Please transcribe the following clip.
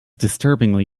disturbingly